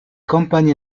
campagne